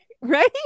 Right